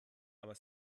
aber